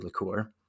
liqueur